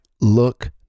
look